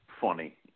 funny